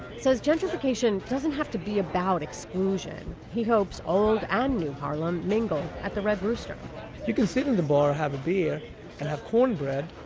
says gentrification doesn't have to be about exclusion. he hopes old and new harlem mingle at the red rooster you can sit in the bar, have a beer and have cornbread,